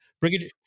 brigadier